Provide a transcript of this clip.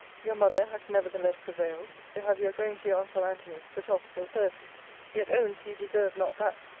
your mother has nevertheless prevailed to have your going to your uncle antony's put off till thursday yet owns you deserve not that,